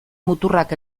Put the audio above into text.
muturrak